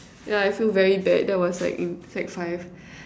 yeah I feel very bad that was like in sec five